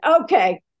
Okay